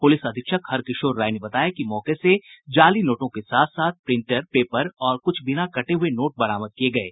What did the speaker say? प्रलिस अधीक्षक हरकिशोर राय ने बताया कि मौके से जाली नोटों के साथ साथ प्रिंटर पेपर और कुछ बिना कटे हुये नोट बरामद किये गये हैं